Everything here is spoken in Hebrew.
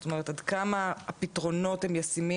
זאת אומרת עד כמה הפתרונות הם ישימים,